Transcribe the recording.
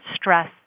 stress